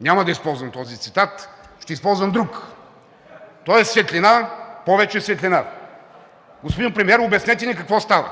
Няма да използвам този цитат, ще използвам друг, тоест „Светлина, повече светлина!“ Господин Премиер, обяснете ни какво стана!